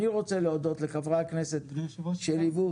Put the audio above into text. אני רוצה להודות לחברי הכנסת שליוו.